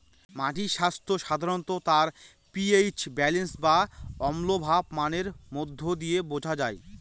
মাটির স্বাস্থ্য সাধারনত তার পি.এইচ ব্যালেন্স বা অম্লভাব মানের মধ্যে দিয়ে বোঝা যায়